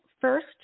first